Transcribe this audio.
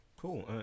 cool